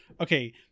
okay